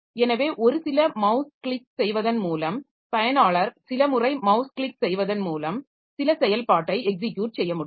எனவே ஒரு சில மவ்ஸ் கிளிக் செய்வதன் மூலம் பயனாளர் சில முறை மவ்ஸை கிளிக் செய்வதன் மூலம் சில செயல்பாட்டை எக்ஸிக்யுட் செய்ய முடியும்